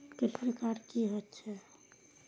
Credit card की होई छै?